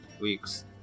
weeks